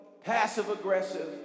passive-aggressive